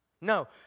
No